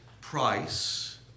price